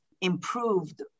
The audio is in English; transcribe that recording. improved